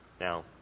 Now